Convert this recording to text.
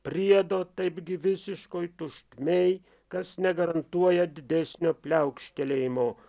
priedo taip gi visiškoj tuštumėj kas negarantuoja didesnio pliaukštelėjimo